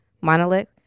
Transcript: monolith